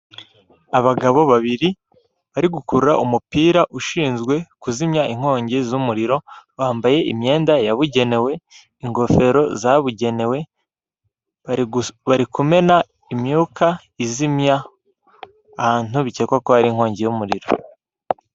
Abagabo babiri bari gukurura umupira ushinzwe kuzimya inkongi z'umuriro, bambaye: imyenda yabugenewe, ingofero zabugenewe, bari kumena imyuka izimya ahantu bikekwa ko hari inkongi y'umuriro.